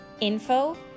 info